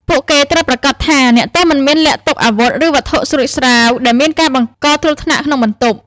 ពួកគេត្រូវប្រាកដថាអ្នកទោសមិនមានលាក់ទុកអាវុធ ឬវត្ថុស្រួចស្រាវដែលបង្កគ្រោះថ្នាក់ក្នុងបន្ទប់។